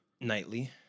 Nightly